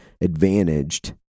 advantaged